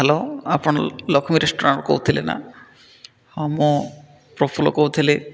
hello ଆପଣ ଲକ୍ଷ୍ମୀ ରେଷ୍ଟୁରାଣ୍ଟ୍ରୁ କହୁଥିଲେ ନା ହଁ ମୁଁ ପ୍ରଫୁଲ କହୁଥିଲି